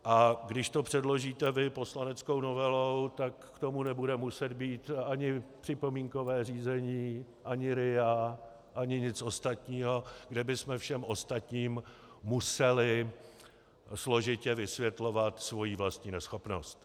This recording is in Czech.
A když to předložíte vy poslaneckou novelou, tak k tomu nebude muset být ani připomínkové řízení, ani RIA, ani nic ostatního, kde bychom všem ostatním museli složitě vysvětlovat svoji vlastní neschopnost.